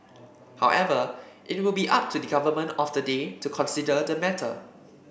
however it will be up to the government of the day to consider the matter